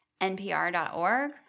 npr.org